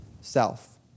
self